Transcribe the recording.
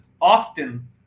often